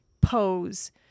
pose